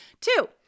Two